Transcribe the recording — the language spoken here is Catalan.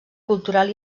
cultural